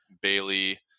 Bailey